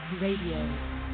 Radio